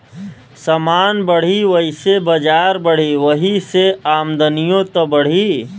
समान बढ़ी वैसे बजार बढ़ी, वही से आमदनिओ त बढ़ी